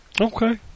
okay